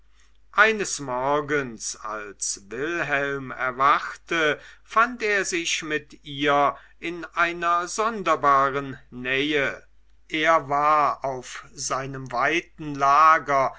eines morgens als wilhelm erwachte fand er sich mit ihr in einer sonderbaren nähe er war auf seinem weiten lager